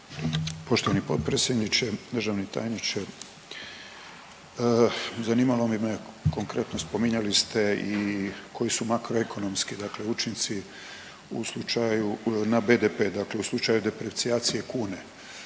Poštovani potpredsjedniče, državni tajniče, zanimalo bi me konkretno spominjali ste i koji su makroekonomski dakle učinici u slučaju na BDP, dakle u slučaju deprecijacije kune,